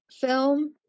film